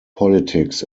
politics